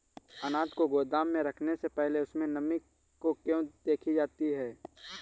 अनाज को गोदाम में रखने से पहले उसमें नमी को क्यो देखी जाती है?